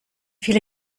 viele